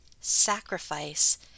sacrifice